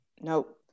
Nope